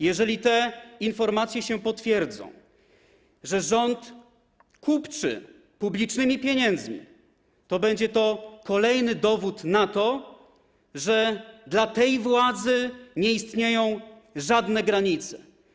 Jeżeli te informacje się potwierdzą, że rząd kupczy publicznymi pieniędzmi, to będzie to kolejny dowód na to, że dla tej władzy nie istnieją żadne granice.